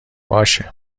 باشه